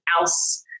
else